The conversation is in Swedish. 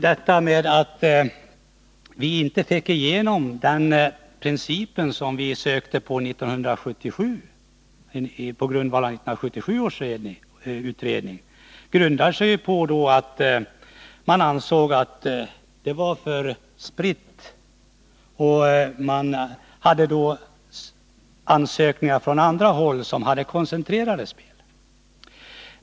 Detta med att vi inte fick igenom den princip som vi sökte få igenom 1977 på grundval av 1977 års utredning grundar sig på att det ansågs att spelen blev för spridda. Och det fanns ansökningar från andra länder, där man anordnade koncentrerade spel.